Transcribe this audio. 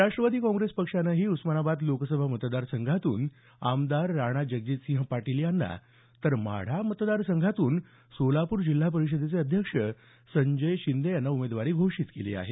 Rashtrawadi Congress पक्षानंही उस्मानाबाद लोकसभा मतदारसंघातून आमदार राणा जगजितसिंह पाटील यांना तर माढा मतदारसंघातून सोलापूर जिल्हा परिषदेचे अध्यक्ष संजय शिंदे यांना उमेदवारी घोषित केली आहे